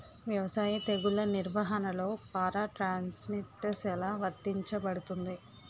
వ్యవసాయ తెగుళ్ల నిర్వహణలో పారాట్రాన్స్జెనిసిస్ఎ లా వర్తించబడుతుంది?